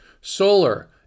Solar